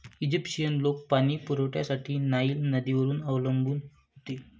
Egyptian लोक पाणी पुरवठ्यासाठी नाईल नदीवर अवलंबून होते